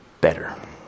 better